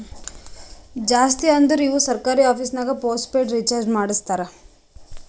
ಜಾಸ್ತಿ ಅಂದುರ್ ಇವು ಸರ್ಕಾರಿ ಆಫೀಸ್ನಾಗ್ ಪೋಸ್ಟ್ ಪೇಯ್ಡ್ ರೀಚಾರ್ಜೆ ಮಾಡಸ್ತಾರ